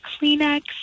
Kleenex